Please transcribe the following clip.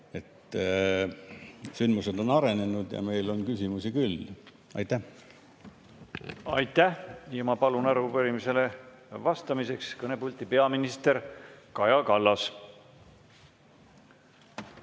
Sündmused on arenenud ja meil on küsimusi küll. Aitäh! Aitäh! Ma palun arupärimisele vastamiseks kõnepulti peaminister Kaja Kallase.